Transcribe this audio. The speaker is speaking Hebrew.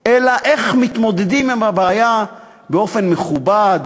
אלא איך מתמודדים עם הבעיה באופן מכובד,